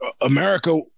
America